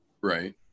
Right